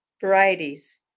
varieties